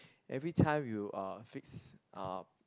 every time you uh fix uh